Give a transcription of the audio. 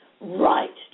Right